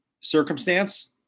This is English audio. circumstance